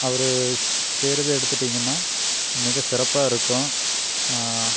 அவர் செய்யறது எடுத்துக்கிட்டிங்கன்னா மிக சிறப்பாக இருக்கும்